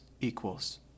equals